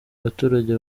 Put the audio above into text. abaturage